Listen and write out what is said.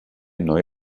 neu